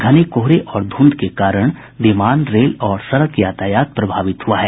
घने कोहरे और धुंध के कारण विमान रेल और सड़क यातायात प्रभावित हुआ है